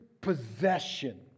possession